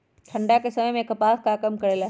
ठंडा के समय मे कपास का काम करेला?